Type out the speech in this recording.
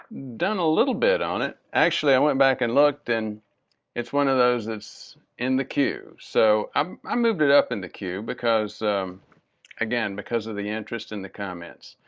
done a little bit on it. actually i went back and looked and it's one of those that's in the queue. so um i moved it up in the queue because again because of the interest in the community.